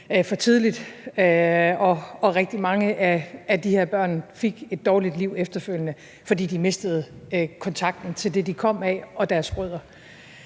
for tidligt. Og rigtig mange af de her børn fik et dårligt liv efterfølgende, fordi de mistede kontakten til det, de kom af, og deres rødder.